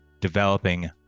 developing